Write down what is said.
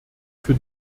für